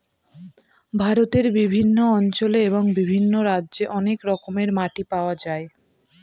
ভারতের বিভিন্ন অঞ্চলে এবং বিভিন্ন রাজ্যে অনেক রকমের মাটি পাওয়া যায়